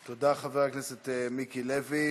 תודה, חבר הכנסת מיקי לוי.